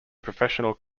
professional